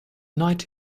night